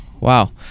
Wow